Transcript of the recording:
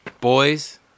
Boys